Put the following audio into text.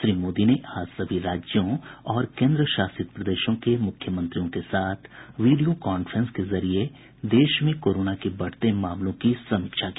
श्री मोदी ने आज सभी राज्यों और केन्द्र शासित प्रदेशों के मुख्यमंत्रियों के साथ वीडियो कांफ्रेंसिंग के जरिये देश में कोरोना के बढ़ते मामलों की समीक्षा की